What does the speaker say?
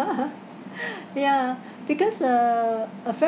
ya because uh a friend